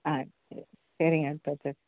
ஆ சரி சரிங்க எடுத்து வச்சாச்சு